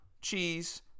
Cheese